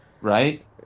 Right